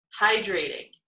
hydrating